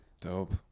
Dope